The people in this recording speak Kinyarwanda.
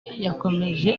yakomeje